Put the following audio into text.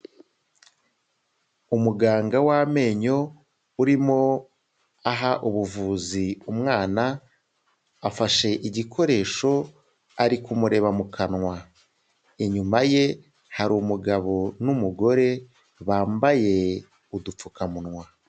Umuganga w'amenyo urimo aha ubuvuzi umwana, afashe igikoresho ari kumureba mu kanwa. Inyuma ye hari umugabo n'umugore bambaye udupfukamunwa.